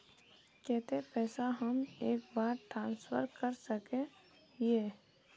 केते पैसा हम एक बार ट्रांसफर कर सके हीये?